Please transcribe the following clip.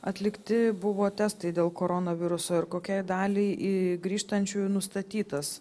atlikti buvo testai dėl koronaviruso ir kokiai daliai į grįžtančiųjų nustatytas